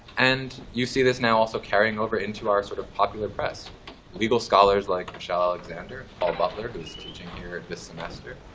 and you see this now also carrying over into our sort of popular press legal scholars like michelle alexander, paul butler, who but is teaching here this semester,